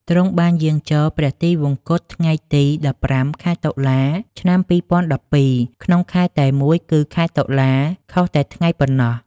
ទ្រង់បានយាងចូលព្រះទិវង្គត ថ្ងៃទី១៥ ខែតុលា ឆ្នាំ២០១២ ក្នុងខែតែមួយគឺខែតុលា ខុសតែថ្ងៃប៉ុណ្ណោះ។